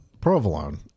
Provolone